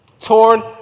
Torn